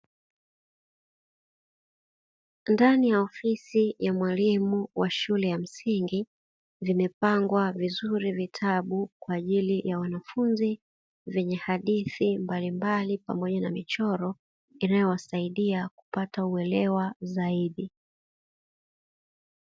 Ndani ya ofisi ya mwalimu wa shule ya msingi vimepangwa vizuri vitabu kwa ajili ya wanafunzi vyenye hadithi mbalimbali pamoja na michoro inayowasaidia kupata uelewa zaidi.